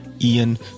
Ian